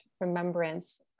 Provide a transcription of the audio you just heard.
remembrance